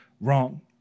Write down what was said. wrong